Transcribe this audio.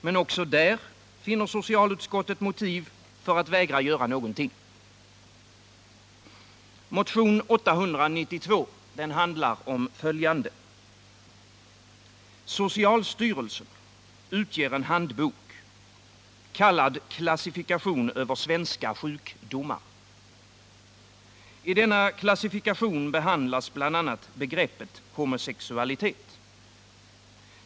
Men också där finner socialutskottet motiv för att vägra göra någonting. Motion 892 handlar om följande. Socialstyrelsen utger en handbok, kallad Klassifikation över svenska sjukdomar. I denna klassifikation behandlas bl.a. begreppet homosexualitet.